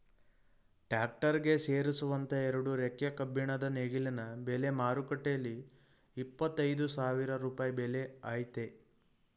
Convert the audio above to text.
tractor ಗೆ ಸೇರಿಸುವಂತ ಎರಡು ರೆಕ್ಕೆ ಕಬ್ಬಿಣದ ನೇಗಿಲಿನ ಬೆಲೆ ಮಾರುಕಟ್ಟೆಲಿ ಇಪ್ಪತ್ತ ಐದು ಸಾವಿರ ರೂಪಾಯಿ ಬೆಲೆ ಆಯ್ತೆ